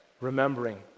remembering